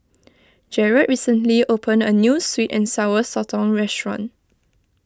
Jarad recently opened a New Sweet and Sour Sotong Restaurant